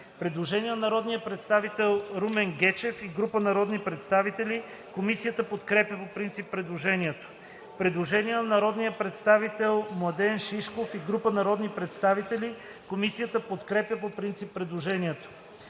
Предложение на народния представител Румен Гечев и група народни представители. Комисията подкрепя по принцип предложението. Предложение на народния представител Младен Шишков и група народни представители. Комисията подкрепя по принцип предложението.